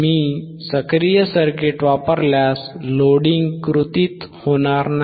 मी सक्रिय सर्किट वापरल्यास लोडिंग कृतीत होणार नाही